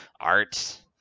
art